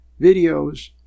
videos